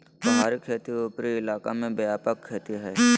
पहाड़ी खेती उपरी इलाका में व्यापक खेती हइ